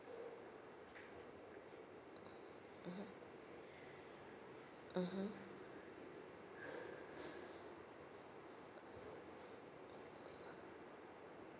mmhmm mmhmm